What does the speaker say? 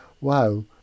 wow